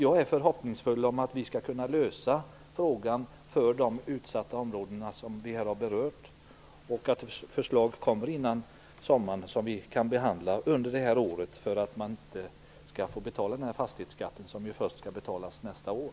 Jag har förhoppningen att vi skall kunna lösa frågan för de utsatta områden som vi här har berört och att förslag som vi kan behandla under året kommer före sommaren, så att fastighetsägarna inte skall behöva betala denna fastighetsskatt. Den skall ju betalas först nästa år.